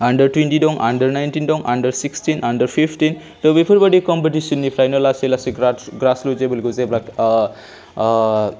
under twenty दं under nineteen दं under sixteen under fifteen त' बेफोरबायदि कम्पिटिसननिफ्रायनो लासै लासै ग्रासरुट लेबेलखौ जेब्ला